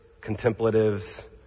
contemplatives